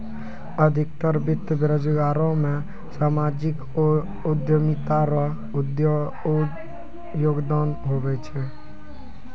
अधिकतर वित्त बाजारो मे सामाजिक उद्यमिता रो योगदान हुवै छै